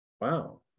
wow